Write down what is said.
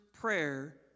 prayer